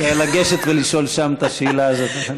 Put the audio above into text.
כדאי לגשת ולשאול שם את השאלה הזאת.